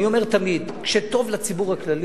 אני אומר תמיד שכשטוב לציבור הכללי,